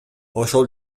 ошол